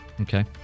Okay